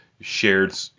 shared